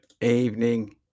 evening